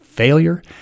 Failure